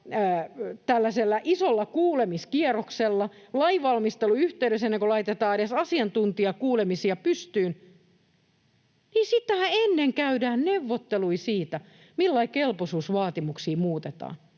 isolla julkisella kuulemiskierroksella lainvalmistelun yhteydessä ennen kuin laitetaan edes asiantuntijakuulemisia pystyyn, ja sitä ennen käydään neuvotteluja siitä, millä lailla kelpoisuusvaatimuksia muutetaan.